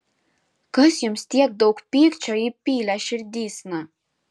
kas jums tiek daug pykčio įpylė širdysna